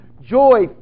joy